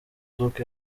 zouk